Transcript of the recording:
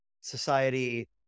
society